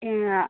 ആ